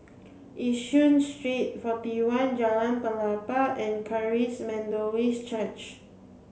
Yishun Street forty one Jalan Pelepah and Charis Methodist Church